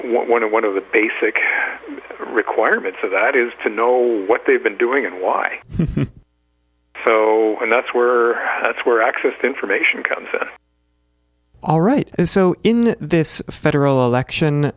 one of one of the basic requirements of that is to know what they've been doing and why so and that's where that's where access to information comes in all right so in this federal election